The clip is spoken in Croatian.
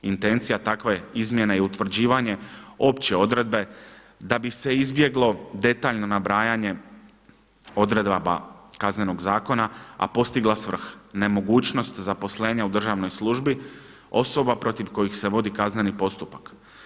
Intencija takve izmjene je utvrđivanje opće odredbe da bi se izbjeglo detaljno nabrajanje odredaba Kaznenog zakona, a postigla svrha nemogućnost zaposlenja u državnoj službi osoba protiv kojih se vodi kazneni postupak.